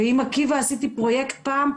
ועם עקיבא עשיתי פרוייקט פעם,